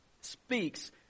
speaks